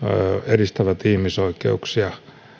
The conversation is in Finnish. edistävät ihmisoikeuksia